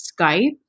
Skype